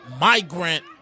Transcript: migrant